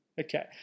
Okay